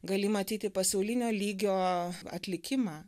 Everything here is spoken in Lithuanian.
gali matyti pasaulinio lygio atlikimą